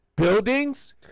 Buildings